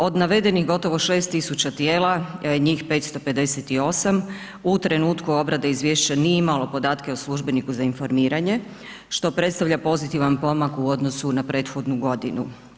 Od navedenih gotovo 6000 tijela, njih 558 u trenutku obrade izvješća nije imalo podatke o službeniku za informiranje, što predstavlja pozitivan pomak u odnosu na prethodnu godinu.